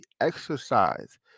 exercise